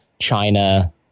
China